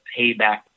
payback